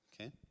Okay